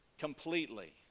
completely